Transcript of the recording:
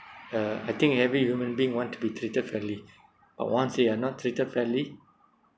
uh I think every human being want to be treated fairly but once they are not treated fairly